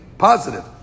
positive